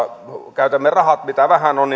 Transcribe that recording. käytämme tehokkaasti rahat mitä vähän on